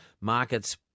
markets